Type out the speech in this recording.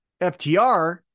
FTR